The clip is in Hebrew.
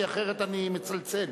כי אחרת אני מצלצל,